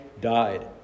died